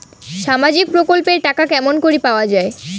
সামাজিক প্রকল্পের টাকা কেমন করি পাওয়া যায়?